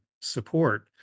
support